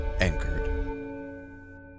Anchored